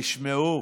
תשמעו,